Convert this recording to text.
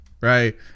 right